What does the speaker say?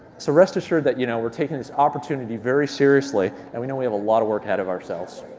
so rest assured that you know we're taking this opportunity very seriously, and we know we have a lot of work ahead of ourselves.